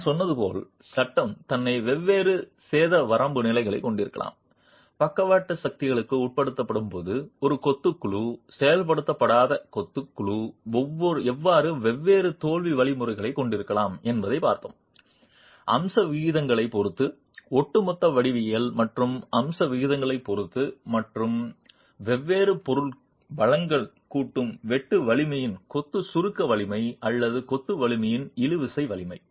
நான் சொன்னது போல் சட்டம் தன்னை வெவ்வேறு சேத வரம்பு நிலைகளைக் கொண்டிருக்கலாம் பக்கவாட்டு சக்திகளுக்கு உட்படுத்தப்படும்போது ஒரு கொத்து குழு செயல்படுத்தப்படாத கொத்து குழு எவ்வாறு வெவ்வேறு தோல்வி வழிமுறைகளைக் கொண்டிருக்கலாம் என்பதைப் பார்த்தோம் அம்ச விகிதங்களைப் பொறுத்து ஒட்டுமொத்த வடிவியல் மற்றும் அம்ச விகிதங்களைப் பொறுத்து மற்றும் வெவ்வேறு பொருள் பலங்கள் கூட்டு வெட்டு வலிமையின் கொத்து சுருக்க வலிமை அல்லது கொத்து வலிமையின் இழுவிசை வலிமை